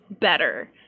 better